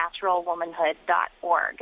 naturalwomanhood.org